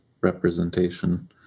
representation